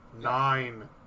Nine